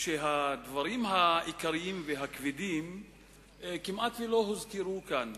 שהדברים העיקריים והכבדים כמעט לא הוזכרו כאן,